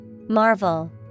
Marvel